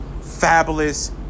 Fabulous